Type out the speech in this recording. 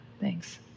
Thanks